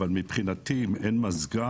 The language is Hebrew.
אבל מבחינתי אם אין מזגן,